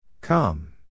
Come